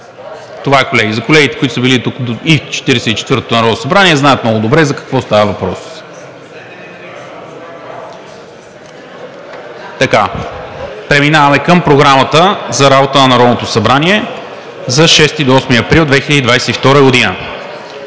Това е, колеги. Колегите, които са били в Четиридесет четвъртото народно събрание, знаят много добре за какво става въпрос. Преминаваме към Програмата за работа на Народното събрание за 6 – 8 април 2022 г.